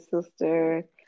sister